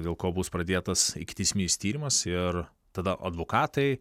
dėl ko bus pradėtas ikiteisminis tyrimas ir tada advokatai